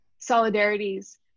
solidarities